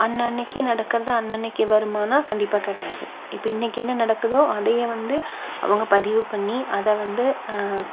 அன்னனக்கு நடக்குறதை அன்னனக்கு வருமானா கண்டிப்பாக கிடையாது இப்போ இன்னக்கு என்ன நடக்குதோ அதையே வந்து அவங்க பதிவு பண்ணி அதைவந்து